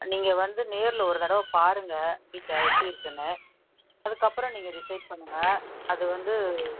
நீங்கள் வந்து நேரில் ஒரு தடவை பாருங்கள் வீட்டை எப்படி இருக்குன்னு அதுக்கப்பறோம் நீங்கள் டிசைட் பண்ணுங்கள் அது வந்து